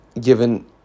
given